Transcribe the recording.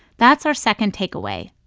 that's our second takeaway.